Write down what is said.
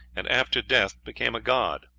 and after death became a god.